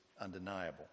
undeniable